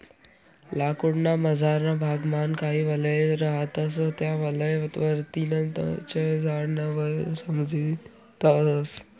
लाकूड ना मझारना भाग मान काही वलय रहातस त्या वलय वरतीन च झाड न वय समजी जास